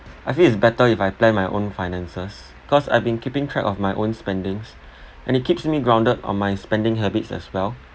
I think it's better if I plan my own finances cause I've been keeping track of my own spendings and it keeps me grounded on my spending habits as well